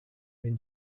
when